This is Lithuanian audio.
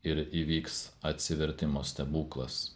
ir įvyks atsivertimo stebuklas